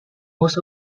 most